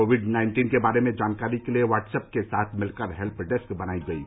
Covid nineteen के बारे में जानकारी के लिए व्हट्सअप के साथ मिलकर हेल्प डेस्क बनायी गयी